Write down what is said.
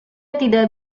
tidak